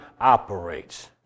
operates